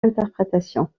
interprétations